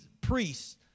priests